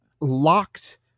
locked